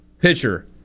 pitcher